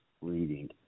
reading